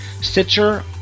Stitcher